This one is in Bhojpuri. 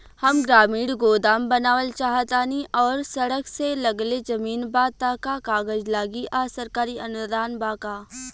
हम ग्रामीण गोदाम बनावल चाहतानी और सड़क से लगले जमीन बा त का कागज लागी आ सरकारी अनुदान बा का?